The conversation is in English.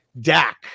Dak